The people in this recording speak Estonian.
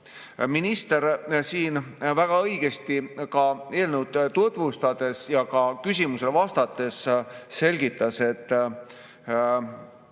võtta. Minister siin väga õigesti eelnõu tutvustades ja küsimusele vastates selgitas, et